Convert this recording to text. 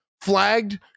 flagged